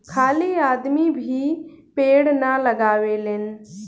खाली आदमी भी पेड़ ना लगावेलेन